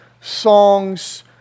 songs